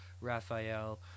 Raphael